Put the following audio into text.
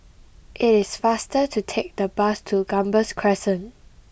It is faster to take the bus to Gambas Crescent